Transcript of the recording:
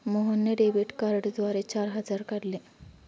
मोहनने डेबिट कार्डद्वारे चार हजार काढले